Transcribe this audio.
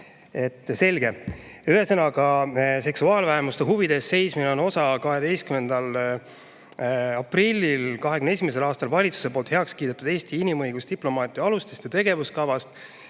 selge. Ühesõnaga, seksuaalvähemuste huvide eest seismine on osa 12. aprillil 2021. aastal valitsuse poolt heaks kiidetud Eesti inimõigusdiplomaatia alustest ja tegevuskavast.